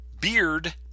Beard